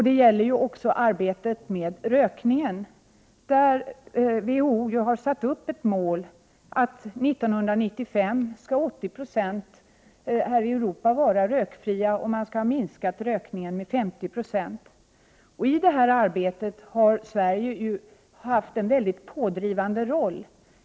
Det gäller också arbetet i fråga om rökningen, där WHO har satt upp målet att 80 26 i Europa skall vara rökfria 1995 och att rökningen skall ha minskat med 50 90. I detta arbete har Sverige haft en mycket pådrivande roll.